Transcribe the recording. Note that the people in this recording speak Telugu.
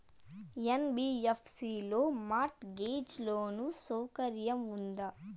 యన్.బి.యఫ్.సి లో మార్ట్ గేజ్ లోను సౌకర్యం ఉందా?